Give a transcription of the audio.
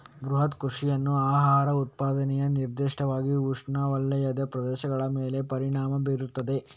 ಬೃಹತ್ ಕೃಷಿಯ ಆಹಾರ ಉತ್ಪಾದನೆಯು ನಿರ್ದಿಷ್ಟವಾಗಿ ಉಷ್ಣವಲಯದ ಪ್ರದೇಶಗಳ ಮೇಲೆ ಪರಿಣಾಮ ಬೀರುತ್ತದೆ